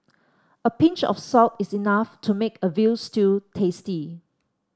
a pinch of salt is enough to make a veal stew tasty